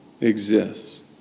exists